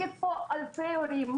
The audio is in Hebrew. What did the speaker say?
אלפי הורים,